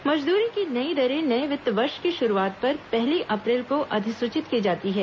मजदूरी की नई दरें नए वित्त वर्ष की शुरूआत पर पहली अप्रैल को अधिसूचित की जाती हैं